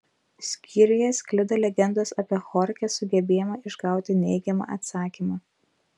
skyriuje sklido legendos apie chorchės sugebėjimą išgauti neigiamą atsakymą